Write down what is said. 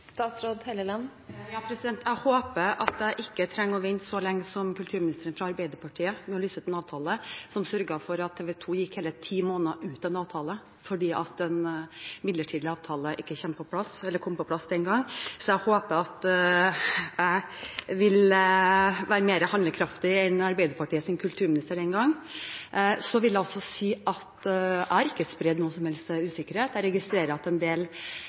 Jeg håper at jeg ikke trenger å vente så lenge med å lyse ut en avtale som kulturministeren fra Arbeiderpartiet, som sørget for at TV 2 var uten avtale hele ti måneder fordi en midlertidig avtale ikke kom på plass. Jeg håper at jeg vil være mer handlekraftig enn Arbeiderpartiets kulturminister den gang. Jeg vil si at jeg ikke har spredd noen som helst usikkerhet. Jeg registrerer